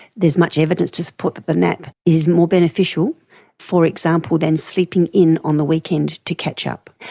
there's much evidence to support that the nap is more beneficial for example than sleeping in on the weekend to catch up.